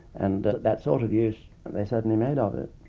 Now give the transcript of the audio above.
and that sort of use they certainly made ah of it.